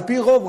על-פי רוב,